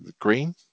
green